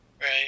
Right